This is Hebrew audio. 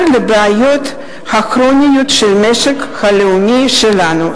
לבעיות הכרוניות של המשק הלאומי שלנו.